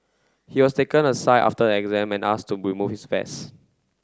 he was taken aside after the exam and asked to remove his vest